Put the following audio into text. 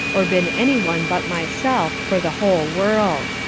or been any one but myself for the whole world.